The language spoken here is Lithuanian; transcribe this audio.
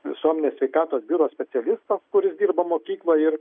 visuomenės sveikatos biuro specialistas kuris dirba mokykloj ir